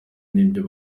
n’ibyo